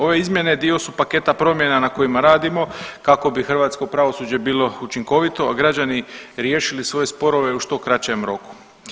Ove izmjene dio su paketa promjena na kojima radimo kako bi hrvatsko pravosuđe bilo učinkovito, a građani riješili svoje sporove u što kraćem roku.